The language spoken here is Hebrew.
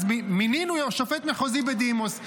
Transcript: אז מינינו שופט מחוזי בדימוס.